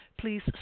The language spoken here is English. please